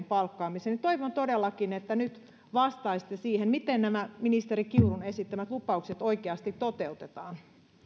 palkkaamiseen toivon todellakin että nyt vastaisitte siihen miten nämä ministeri kiurun esittämät lupaukset oikeasti toteutetaan